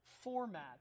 format